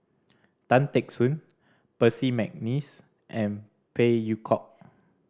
Tan Teck Soon Percy McNeice and Phey Yew Kok